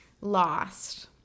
lost